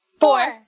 Four